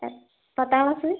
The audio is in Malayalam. പത്താം ക്ലാസ്സിൽ